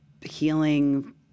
healing